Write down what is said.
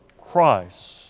Christ